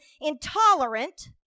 intolerant